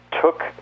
took